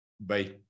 Bye